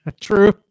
True